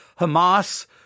Hamas